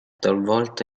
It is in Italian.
talvolta